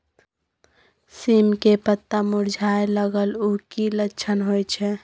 सीम के पत्ता मुरझाय लगल उ कि लक्षण होय छै?